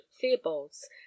theobald's